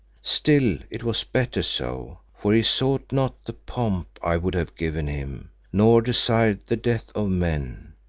still it was better so, for he sought not the pomp i would have given him, nor desired the death of men.